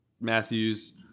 Matthews